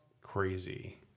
crazy